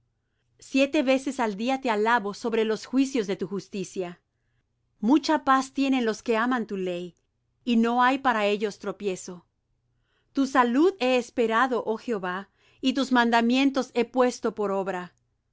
siete veces al día te alabo sobre los juicios de tu justicia mucha paz tienen los que aman tu ley y no hay para ellos tropiezo tu salud he esperado oh jehová y tus mandamientos he puesto por obra